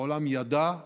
העולם ידע,